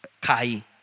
Kai